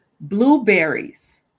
Blueberries